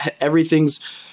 everything's